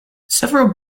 several